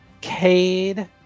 Cade